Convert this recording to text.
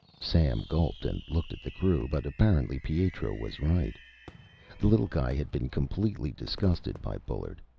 sam gulped and looked at the crew, but apparently pietro was right the little guy had been completely disgusted by bullard.